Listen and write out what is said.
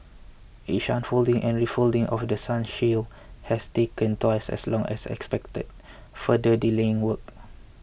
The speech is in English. each unfolding and refolding of The Sun shield has taken twice as long as expected further delaying work